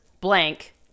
blank